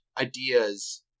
ideas